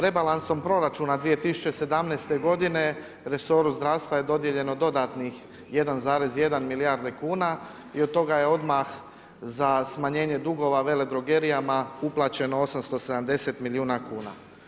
Rebalansom proračuna 2017. godine resoru zdravstva je dodijeljeno dodatnih 1,1 milijarde kuna i od toga je odmah za smanjenje dugova veledrogerijama uplaćeno 870 milijuna kuna.